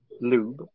lube